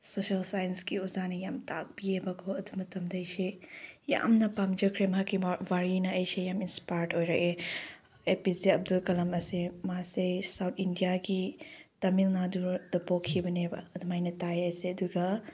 social ꯁꯥꯏꯟꯁꯀꯤ ꯑꯣꯖꯥꯅ ꯌꯥꯝ ꯇꯥꯛꯄꯤꯌꯦꯕꯀꯣ ꯑꯗꯨ ꯃꯇꯝꯗ ꯑꯩꯁꯦ ꯌꯥꯝꯅ ꯄꯥꯝꯖꯈ꯭ꯔꯦ ꯃꯍꯥꯛꯀꯤ ꯋꯥꯔꯤꯅ ꯑꯩꯁꯦ ꯌꯥꯝ ꯏꯟꯁꯄꯥꯌꯔ ꯑꯣꯏꯔꯛꯑꯦ A P J Abdul Kalam ꯑꯁꯤ ꯃꯥꯁꯦ ꯁꯥꯎꯠ ꯏꯟꯗꯤꯌꯥꯒꯤ ꯇꯥꯃꯤꯜꯅꯥꯗꯨꯗ ꯄꯣꯛꯈꯤꯕꯅꯦꯕ ꯑꯗꯨꯃꯥꯏꯅ ꯇꯥꯏ ꯑꯩꯁꯦ ꯑꯗꯨꯒ